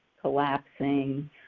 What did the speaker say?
collapsing